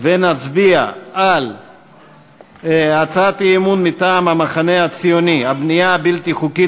ונצביע על הצעת האי-אמון מטעם המחנה הציוני: הבנייה הבלתי-החוקית